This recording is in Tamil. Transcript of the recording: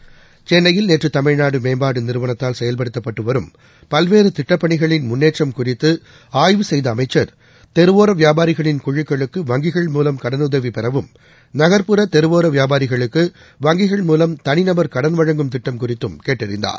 செயல்படுத்தப்பட்டுவரும் சென்னையில் நேற்றுதமிழ்நாடுமேம்பாட்டுநிறுவனத்தால் பல்வேறுதிட்டப்பணிகளின் முன்னேற்றம் குறித்துஆய்வு செய்தஅமைச்சர் தெருவோரவியாபாரிகளின் குழுக்களுக்கு வங்கிகள் மூலம் கடனுதவிபெறவும் நகர்ப்புற தெருவோரவியாபாரிகளுக்கு வங்கிகள் மூலம் தனிநபர் கடன் வழங்கும் திட்டம் குறித்தும் கேட்டறிந்தார்